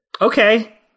okay